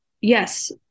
yes